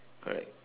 correct